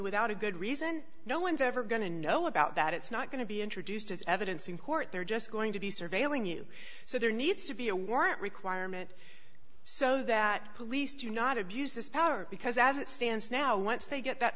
without a good reason no one's ever going to know about that it's not going to be introduced as evidence in court they're just going to be surveilling you so there needs to be a warrant requirement so that police do not abuse this power because as it stands now once they get that